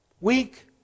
Weak